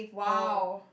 no